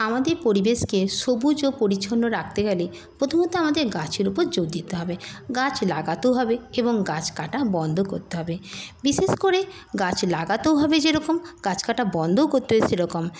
আমাদের পরিবেশকে সবুজ ও পরিচ্ছন্ন রাখতে গেলে প্রথমত আমাদের গাছের উপর জোর দিতে হবে গাছ লাগাতেও হবে এবং গাছ কাটা বন্ধ করতে হবে বিশেষ করে গাছ লাগাতেও হবে যেরকম গাছ কাটা বন্ধও করতে হবে সেরকম